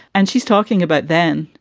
and she's talking about then.